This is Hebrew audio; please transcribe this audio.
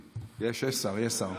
יש, יש שר.